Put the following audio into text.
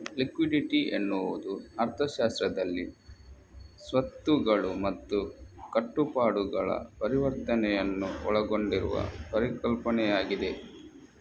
liquidity ಎನ್ನುವುದು ಅರ್ಥಶಾಸ್ತ್ರದಲ್ಲಿ ಸ್ವತ್ತುಗಳು ಮತ್ತು ಕಟ್ಟುಪಾಡುಗಳ ಪರಿವರ್ತನೆಯನ್ನು ಒಳಗೊಂಡಿರುವ ಪರಿಕಲ್ಪನೆಯಾಗಿದೆ